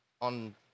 on